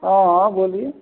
हाँ हाँ बोलिए